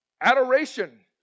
adoration